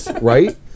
right